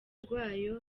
rwayo